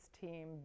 team